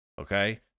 Okay